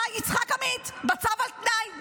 אהה, יצחק עמית, בצו על תנאי.